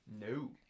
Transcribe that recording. No